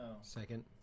second